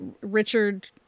Richard